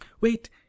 wait